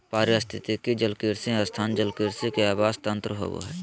पारिस्थितिकी जलकृषि स्थान जलकृषि के आवास तंत्र होबा हइ